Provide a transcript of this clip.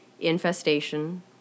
infestation